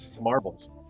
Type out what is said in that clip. marbles